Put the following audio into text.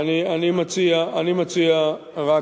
אני מציע רק,